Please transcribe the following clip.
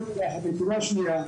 נקודה שנייה,